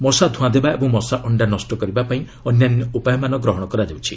ମଶା ଧ୍ରଆଁ ଦେବା ଏବଂ ମଶା ଅଣ୍ଡା ନଷ୍ଟ କରିବାପାଇଁ ଅନ୍ୟାନ୍ୟ ଉପାୟମାନ ଗ୍ରହଣ କରାଯାଉଛି